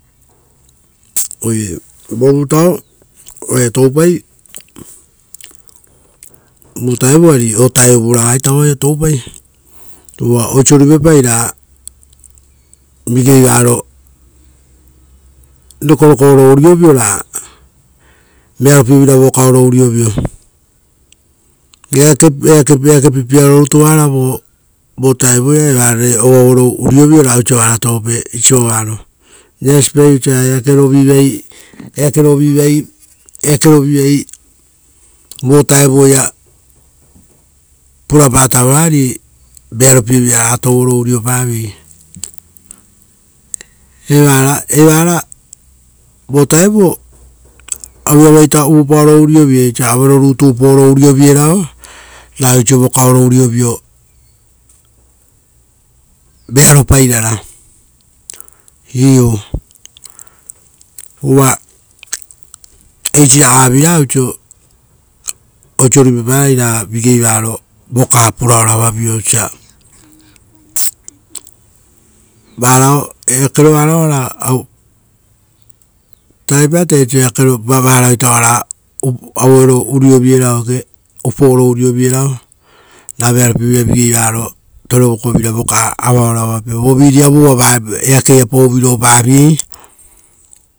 Oire vo vutao oai toupai, vo vutao ari o vutavu ragai ita vao oaii toupai, uva oiso ruipapai, ra vigei varo rekoreko oro uriovo ra, vearo pievira vokaoro uriovio. Eake pipia ro rutu varao vu vutao iava vurare orau oro uriovio ra oiso vara tovope isi vaua aro. Reasipai oiso ra eakero viva eakoro vivai vo vo taevu vutaoia purapa tavora ari vearopie vira raga touoro uriopa viei. Evara evara vo taevu vutao, auero, auero rutu iava uvuu paoro urioviei osa auero rutu upo oro uriovierao ra oiso vokaoro uriovio vearo pairara. Iuu. Uva, eisi ragaa vira oiso, oiso ruipaparai ra vigei varo vukaa puraoro avavio osa, varao eakoro varao ora. Taraipatai oiso eakero varao ita oara auero urio vierao eke, uporo urio vierao, ra vearopie vira vigei varo torevoko vira vokaa ava oro avape, voviri avu uva vaviri avuia poaviro paviei.